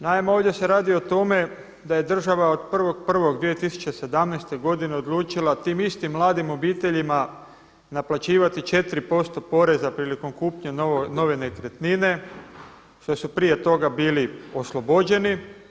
Naime, ovdje se radi o tome da je država od 1.1.2017. godine odlučila tim istim mladim obiteljima naplaćivati 4% poreza prilikom kupnje nove nekretnine što su prije toga bili oslobođeni.